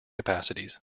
capacities